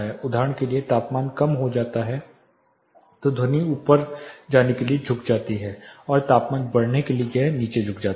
उदाहरण के लिए तापमान कम हो जाता है तो ध्वनि ऊपर जाने के लिए झुक जाती है और तापमान बढ़ने पर यह नीचे झुक जाता है